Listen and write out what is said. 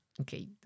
Okay